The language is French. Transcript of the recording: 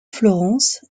florence